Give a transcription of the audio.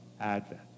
Advent